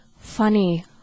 funny